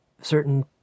certain